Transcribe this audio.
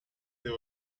they